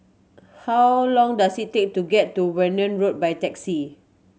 how long does it take to get to Warna Road by taxi